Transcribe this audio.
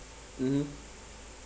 mmhmm